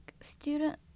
student